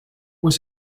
pues